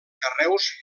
carreus